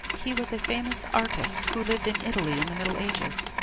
he was a famous artist who lived in italy in the middle ages.